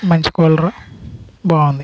మంచి కూలర్ బాగుంది